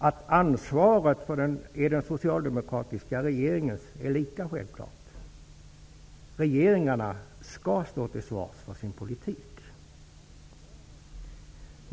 Att ansvaret för detta är den socialdemokratiska regeringens är lika självklart. Regeringarna skall stå till svars för sin politik.